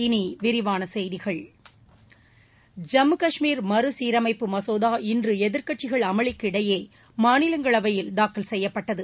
இனி விரிவான செய்திகள் ஜம்மு காஷ்மீர் மறு சீரமைப்பு மசோதா இன்று எதிர்க்கட்சிகள் அமளிக்கிடையே மாநிலங்களவையில் தாக்கல் செய்யப்பட்டது